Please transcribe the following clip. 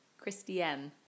Christiane